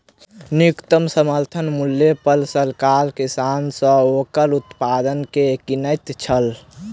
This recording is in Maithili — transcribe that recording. न्यूनतम समर्थन मूल्य पर सरकार किसान सॅ ओकर उत्पाद के किनैत छै